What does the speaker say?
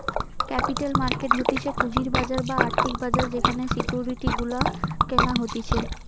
capital market হতিছে পুঁজির বাজার বা আর্থিক বাজার যেখানে সিকিউরিটি গুলা কেনা হতিছে